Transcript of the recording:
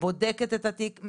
בודקת את התיק,